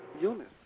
Eunice